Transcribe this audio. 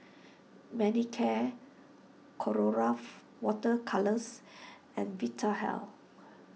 Manicare Colora Water Colours and Vitahealth